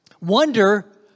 Wonder